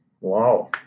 Wow